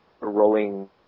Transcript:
rolling